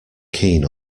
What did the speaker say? keen